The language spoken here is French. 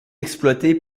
exploité